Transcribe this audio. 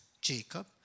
Jacob